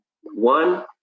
one